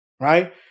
right